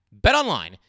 BetOnline